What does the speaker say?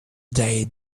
they